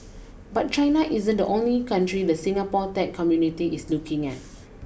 but China isn't the only country the Singapore tech community is looking at